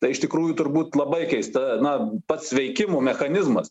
tai iš tikrųjų turbūt labai keista na pats veikimo mechanizmas